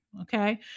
Okay